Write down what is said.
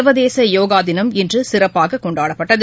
சர்வதேசயோகாதினம் இன்றுசிறப்பாககொண்டாடப்பட்டது